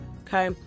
okay